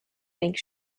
bank